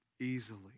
Easily